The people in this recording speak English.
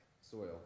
soil